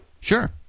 Sure